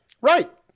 Right